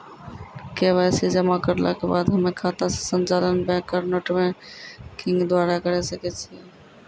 KYC जमा करला के बाद हम्मय खाता के संचालन बैक आरू नेटबैंकिंग द्वारा करे सकय छियै?